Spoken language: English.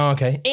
Okay